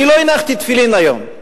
אני לא הנחתי תפילין היום,